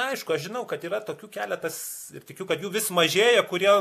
aišku aš žinau kad yra tokių keletas ir tikiu kad jų vis mažėja kurie